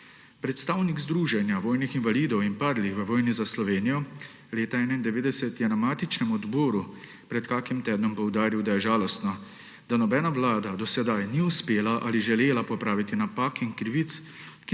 Predstavnik Združenja vojnih invalidov in svojcev padlih 1991 je na matičnem odboru pred kakim tednom poudaril, da je žalostno, da nobena vlada do sedaj ni uspela ali želela popraviti napak in krivic,